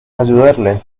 ayudarle